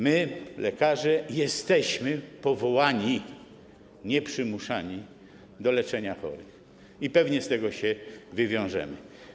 My, lekarze, jesteśmy powołani - nie przymuszani - do leczenia chorych i pewnie z tego się wywiążemy.